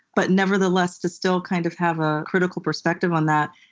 but nevertheless, to still kind of have a critical perspective on that,